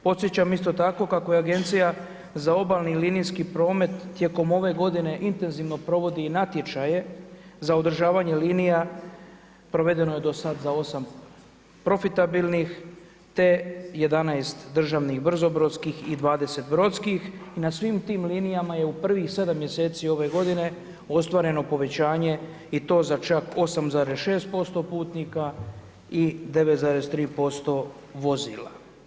Podsjećam isto tako kako Agencija za obalni linijski promet tijekom ove godine intenzivno provodi i natječaje za održavanje linija, provedeno je do sada za 8 profitabilnih te 11 državnih brzobrodskih i 20 brodskih i na svim tim linijama je u prvih 7 mjeseci ove godine ostvareno povećanje i to za čak 8,6% putnika i 9,3% vozila.